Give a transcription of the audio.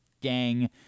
gang